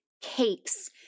cakes